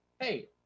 Hey